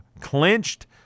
clinched